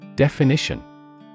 Definition